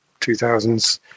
2000s